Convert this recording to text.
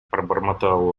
пробормотал